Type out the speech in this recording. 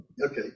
Okay